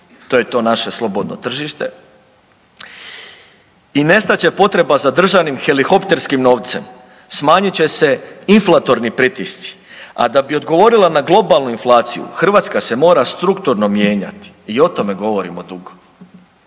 to je to naše slobodno tržište i nestat će potreba za državnim helihopterskim novcem, smanjit će se inflatorni pritisci. A da bi odgovorila na globalnu inflaciju Hrvatska se mora strukturno mijenjati i o tome govorimo dugo.